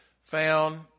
found